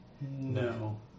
No